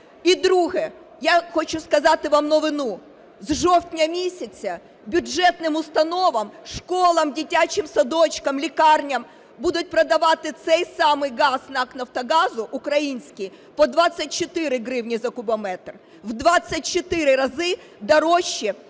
І друге. Я хочу сказати вам новину: з жовтня місяця бюджетним установам (школам, дитячим садочкам, лікарням) будуть продавати цей самий газ НАК "Нафтогазу" український по 24 гривні за кубометр – в 24 рази дорожче